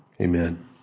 Amen